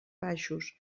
baixos